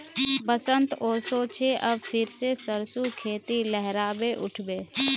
बसंत ओशो छे अब फिर से सरसो खेती लहराबे उठ बे